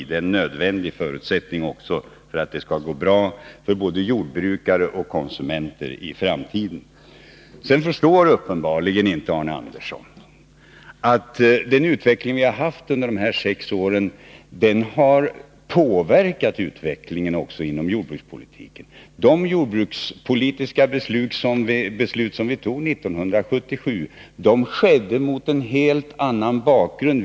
Det är en nödvändig förutsättning också för att det skall gå bra för både jordbrukare och konsumenter i framtiden, Arne Andersson i Ljung förstår uppenbarligen inte att den utveckling vi har haft under de senaste sex åren har påverkat utvecklingen också inom jordbruksnäringen. De jordbrukspolitiska beslut som vi fattade 1977 skedde mot en helt annan bakgrund.